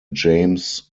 james